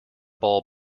ball